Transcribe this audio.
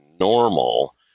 Normal